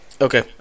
Okay